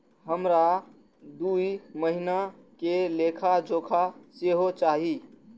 हमरा दूय महीना के लेखा जोखा सेहो चाही